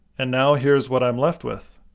and now here's what i'm left with.